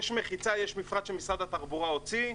יש מחיצה, יש מפרט שמשרד התחבורה הוציא,